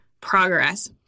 progress